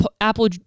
apple